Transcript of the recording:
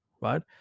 right